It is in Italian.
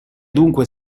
dunque